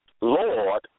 Lord